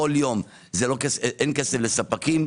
כל יום אין כסף לספקים,